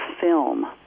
film